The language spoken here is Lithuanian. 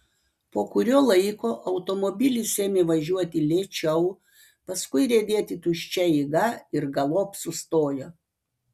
po kurio laiko automobilis ėmė važiuoti lėčiau paskui riedėti tuščia eiga ir galop sustojo